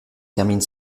termine